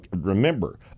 remember